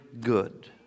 good